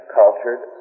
cultured